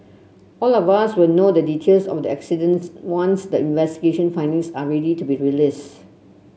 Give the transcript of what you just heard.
all of us will know the details of the accidents once the investigation findings are ready to be released